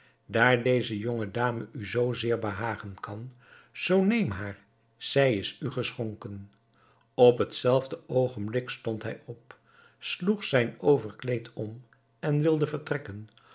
daar deze jonge dame u zoo zeer behagen kan zoo neem haar zij is u geschonken op het zelfde oogenblik stond hij op sloeg zijn overkleed om en wilde vertrekken